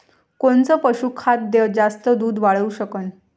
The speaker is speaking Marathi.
कोनचं पशुखाद्य जास्त दुध वाढवू शकन?